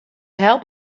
help